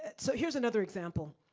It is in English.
and so here's another example.